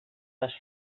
les